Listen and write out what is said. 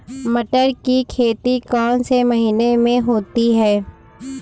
मटर की खेती कौन से महीने में होती है?